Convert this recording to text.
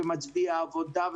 ומצביע עבודה,